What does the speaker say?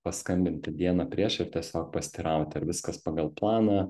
paskambinti dieną prieš ir tiesiog pasiteirauti ar viskas pagal planą